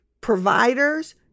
Providers